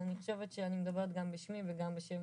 אני חושבת שאני מדברת גם בשמי וגם בשם